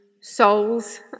souls